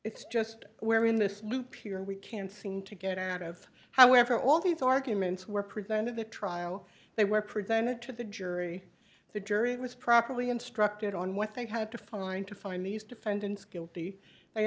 it's just where in this loop you're we can't seem to get out of however all these arguments were presented the trial they were presented to the jury the jury was properly instructed on what they had to find to find these defendants guilty they